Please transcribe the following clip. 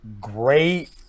great